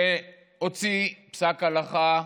שהוציא פסק הלכה,